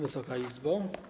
Wysoka Izbo!